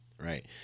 Right